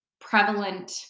prevalent